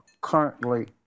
currently